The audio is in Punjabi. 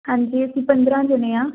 ਹਾਂਜੀ ਅਸੀਂ ਪੰਦਰਾਂ ਜਣੇ ਹਾਂ